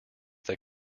that